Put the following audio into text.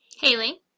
Haley